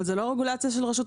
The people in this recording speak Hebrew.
אבל לא מדובר ברשות התחרות.